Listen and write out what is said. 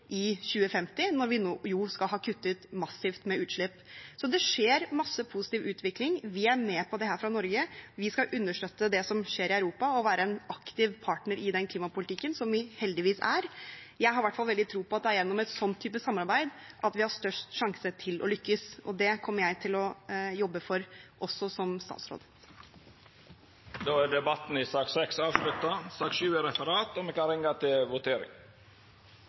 i 2050, når vi skal ha kuttet massivt med utslipp. Så det skjer masse positiv utvikling. Vi er med på dette fra Norge, vi skal understøtte det som skjer i Europa og være en aktiv partner i den klimapolitikken, som vi heldigvis er. Jeg har i hvert fall veldig tro på at det er gjennom en sånn type samarbeid at vi har størst sjanse til å lykkes, og det kommer jeg til å jobbe for også som statsråd. Då er debatten i sak nr. 6 avslutta. Då er Stortinget klar til å gå til votering.